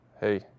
Hey